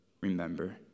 remember